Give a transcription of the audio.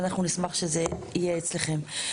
ואנחנו נשמח שזה יהיה אצלכם.